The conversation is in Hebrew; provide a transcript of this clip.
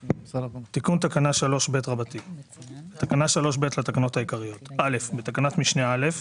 תיקון תקנה 3ב 6. בתקנה 3ב לתקנות העיקריות (א) בתקנת משנה (א),